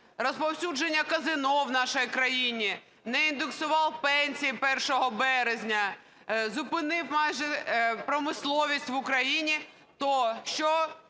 розповсюдження казино в нашій країні, не індексував пенсії 1 березня, зупинив майже промисловість в Україні, то що